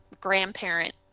grandparent